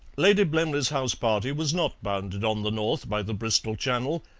lady blemley's house-party was not bounded on the north by the bristol channel,